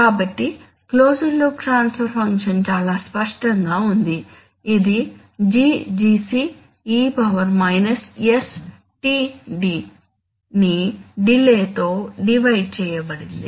కాబట్టి closed loop transfer function చాలా స్పష్టంగా ఉంది ఇది GGc e sTd ని డిలే తో డివైడ్ చేయబడింది